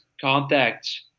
contacts